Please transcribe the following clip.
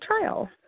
trial